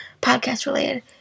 podcast-related